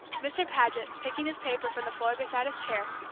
mr. paget, picking his paper from the floor beside his chair,